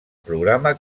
programa